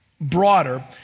broader